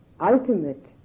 ultimate